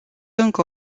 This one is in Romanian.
încă